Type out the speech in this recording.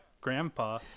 grandpa